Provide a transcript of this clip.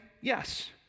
yes